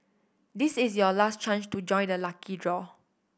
this is your last chance to join the lucky draw